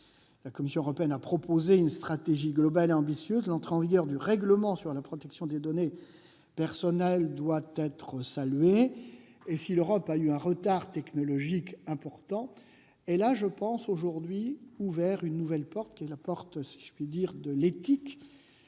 La Commission européenne a proposé une stratégie globale et ambitieuse. L'entrée en vigueur du règlement sur la protection des données personnelles doit être saluée. Et si l'Europe a eu un retard technologique important, elle a, je le crois, aujourd'hui ouvert une nouvelle porte, celle de l'éthique.